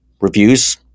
reviews